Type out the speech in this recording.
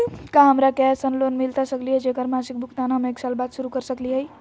का हमरा के ऐसन लोन मिलता सकली है, जेकर मासिक भुगतान हम एक साल बाद शुरू कर सकली हई?